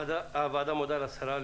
הוועדה מודה לשרה,